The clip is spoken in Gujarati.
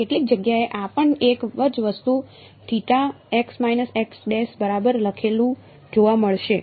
તમને કેટલીક જગ્યાએ આ પણ એક જ વસ્તુ બરાબર લખેલું જોવા મળશે